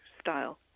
style